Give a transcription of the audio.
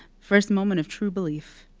first moment of true belief.